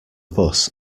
bus